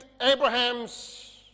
Abraham's